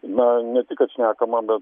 na ne tik kad šnekama bet